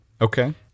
Okay